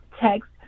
text